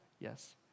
yes